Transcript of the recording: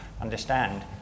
understand